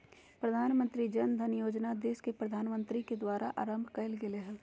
प्रधानमंत्री जन धन योजना देश के प्रधानमंत्री के द्वारा आरंभ कइल गेलय हल